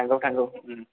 थांगौ थांगौ